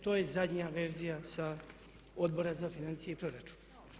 To je zadnja verzija sa Odbora za financije i proračun.